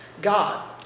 God